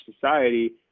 society